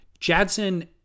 Jadson